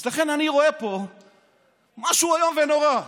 אז לכן אני רואה פה משהו איום ונורא.